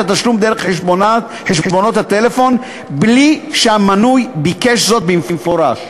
התשלום דרך חשבונות הטלפון בלי שהמנוי ביקש זאת במפורש.